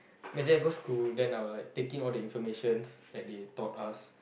basically I go school then I will like take in all the informations that they taught us